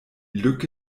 lücke